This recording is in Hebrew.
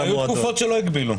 היו תקופות שלא הגבילו.